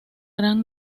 gran